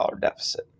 deficit